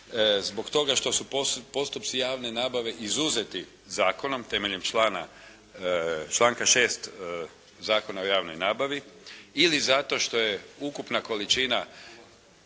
zbog toga što su postupci javne nabave izuzeti zakonom temeljem članka 6. Zakona o javnoj nabavi ili zato što je ukupna količina